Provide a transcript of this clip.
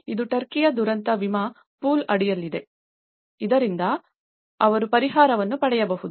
ಇದು ಟರ್ಕಿಯ ದುರಂತ ವಿಮಾ ಪೂಲ್ ಅಡಿಯಲ್ಲಿದೆ ಇದರಿಂದ ಅವರು ಪರಿಹಾರವನ್ನು ಪಡೆಯಬಹುದು